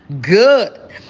good